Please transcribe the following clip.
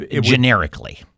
generically